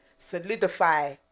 solidify